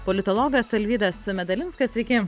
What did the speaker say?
politologas alvydas medalinskas sveiki